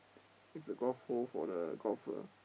it's the golf pole for the golf uh